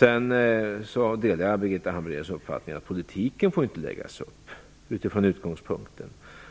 Jag delar Birgitta Hambraeus uppfattning att politiken inte får läggas upp utifrån utgångspunkten